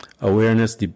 awareness